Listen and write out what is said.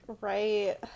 Right